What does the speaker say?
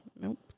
Nope